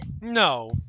No